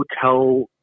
hotel